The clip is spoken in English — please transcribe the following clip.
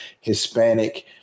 Hispanic